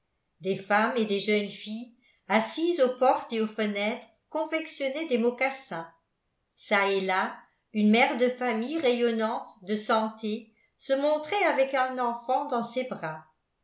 des femmes et des jeunes filles assises aux portes et aux fenêtres confectionnaient des mocassins çà et là une mère de famille rayonnante de santé se montrait avec un enfant dans ses bras